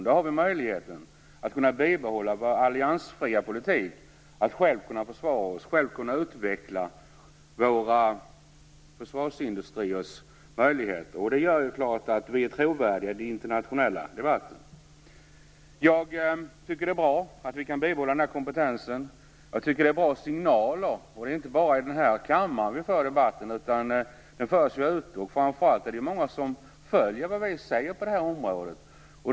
Då har vi möjligheten att bibehålla vår alliansfria politik, att själva försvara oss och att själva utveckla försvarsindustrins möjligheter. Det gör ju att vi är trovärdiga i den internationella debatten. Det är bra att vi kan bibehålla den här kompetensen. Det är bra signaler. Det är inte bara i den här kammaren som debatten förs. Den förs ju även utanför. Framför allt är det många som följer vad vi säger på det här området.